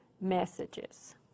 messages